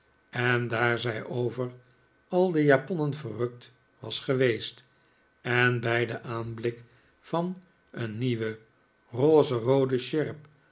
en daar zij over al de japonnen verrukt was geweest en bij den aanblik van een nieuwe rozeroode sjerp